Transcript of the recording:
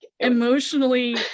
emotionally